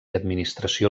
administració